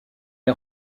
est